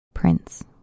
Prince